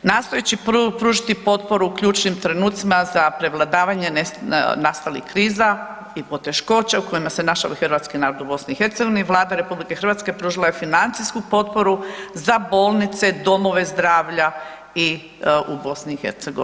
Nastojeći pružiti potporu u ključnim trenucima za prevladavanje nastalih kriza i poteškoća u kojima se našao i hrvatski narod u BiH, Vlada RH pružila je financijsku potporu za bolnice, domove zdravlja i u BiH.